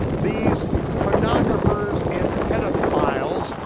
these pornographers and pedophiles,